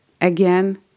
again